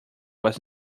was